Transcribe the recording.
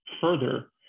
further